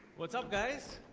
what's up guys